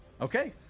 Okay